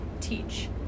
teach